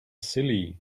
silly